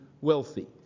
wealthy